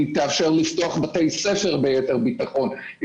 תאפשר לפתוח בתי ספר ביתר ביטחון,